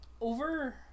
over